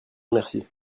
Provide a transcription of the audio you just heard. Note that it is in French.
merci